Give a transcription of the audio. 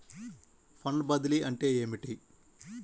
Fund బదిలీ అంటే ఏమిటి?